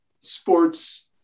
sports